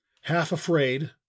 half-afraid